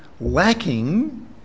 lacking